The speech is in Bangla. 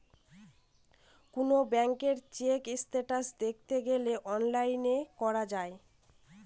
কোনো ব্যাঙ্ক চেক স্টেটাস দেখতে গেলে অনলাইনে করা যায়